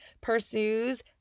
pursues